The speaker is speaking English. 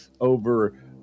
over